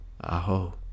Aho